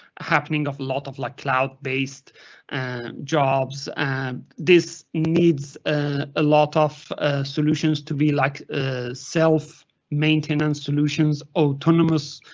happening of lot of like cloud based and jobs. and this needs and a lot of solutions to be like self maintenance solutions, autonomous